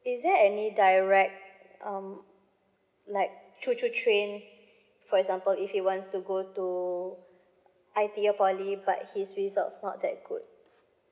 is there any direct um like choo choo train for example if you wants to go to I_T_E or poly but his results not that good